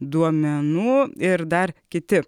duomenų ir dar kiti